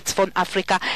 בצפון-אפריקה,